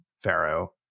Pharaoh